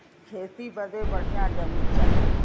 खेती बदे बढ़िया जमीन चाही